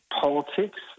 politics